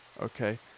Okay